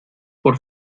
por